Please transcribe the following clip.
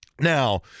Now